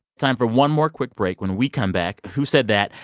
time for one more quick break. when we come back, who said that?